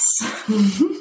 Yes